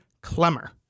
Clemmer